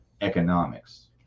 economics